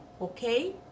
okay